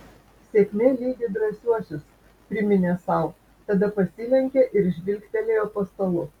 sėkmė lydi drąsiuosius priminė sau tada pasilenkė ir žvilgtelėjo po stalu